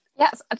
Yes